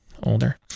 Older